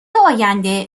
آینده